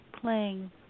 playing